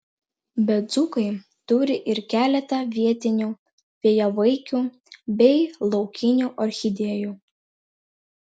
bet dzūkai turi ir keletą vietinių vėjavaikių bei laukinių orchidėjų